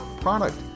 product